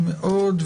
נעים מאוד,